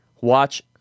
Watch